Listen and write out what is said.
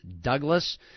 Douglas